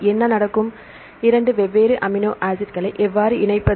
என்ன நடக்கும் இரண்டு வெவ்வேறு அமினோ ஆசிட்களை எவ்வாறு இணைப்பது